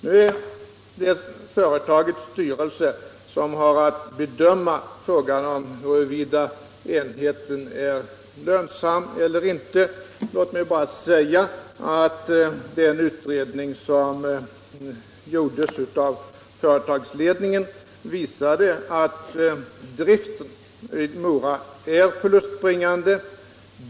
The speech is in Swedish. Det är företagets styrelse som har att bedöma huruvida enheten är lönsam eller inte. Den utredning som gjordes av företagsledningen visade att driften i Mora är förlustbringande.